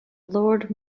lord